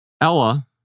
Ella